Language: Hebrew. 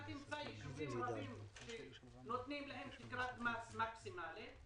אתה תמצא יישובים רבים שנותנים להם תקרת מס מקסימלית,